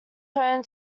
home